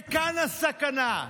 כאן הסכנה.